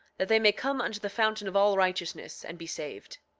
that they may come unto the fountain of all righteousness and be saved.